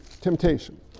temptation